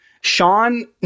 Sean